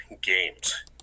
games